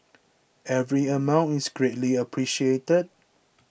every amount is greatly appreciated